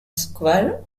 square